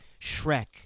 Shrek